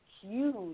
huge